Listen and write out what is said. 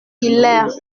hilaire